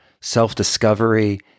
self-discovery